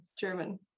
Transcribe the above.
German